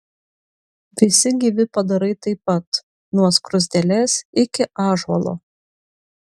visi gyvi padarai taip pat nuo skruzdėlės iki ąžuolo